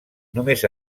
només